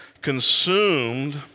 consumed